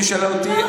ואם תשאל אותי,